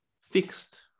fixed